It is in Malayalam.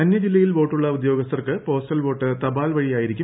അന്യ ജില്ലയിൽ വോട്ടുള്ള ഉദ്യോഗസ്ഥർക്ക് പോസ്റ്റൽ വോട്ട് തപാൽ വഴിയായിരിക്കും